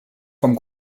vom